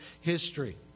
history